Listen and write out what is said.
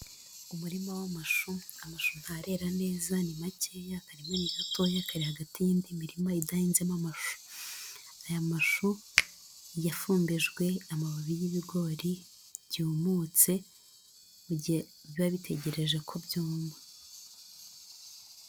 Umurima w'amashu, amashusho ntarera neza, ni makeya, akarima ni gatoya, kari hagati y'indi mirima idahinzemo amashu, aya mashu yafumbijwe amababi y'ibigori byumutse mu gihe biba bitegereje ko byuma.